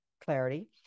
clarity